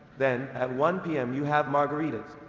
then, at one p m. you have margaritas.